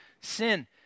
sin